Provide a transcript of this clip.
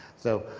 so